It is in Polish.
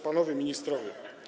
Panowie Ministrowie!